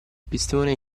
pistone